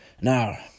Now